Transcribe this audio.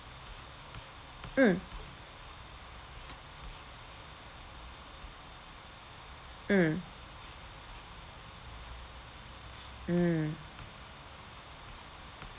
mm mm mm